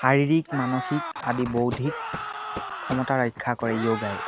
শাৰীৰিক মানসিক আদি বৌদ্ধিক ক্ষমতা ৰক্ষা কৰে যোগাই